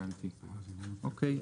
הבנתי אוקיי,